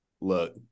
look